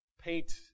paint